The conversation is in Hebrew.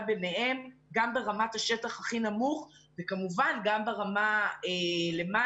ביניהן גם ברמת השטח הכי נמוכה וכמובן גם ברמה למעלה